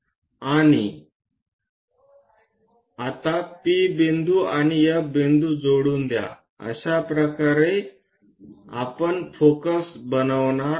आता P बिंदू आणि F बिंदू जोडून द्या अशाप्रकारे आपण फोकस बनवणार आहे